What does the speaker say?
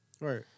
Right